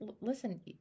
listen